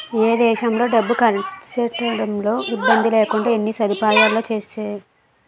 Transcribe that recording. ఏ దేశంలో డబ్బు కర్సెట్టడంలో ఇబ్బందిలేకుండా ఎన్ని సదుపాయాలొచ్చేసేయో